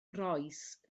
rois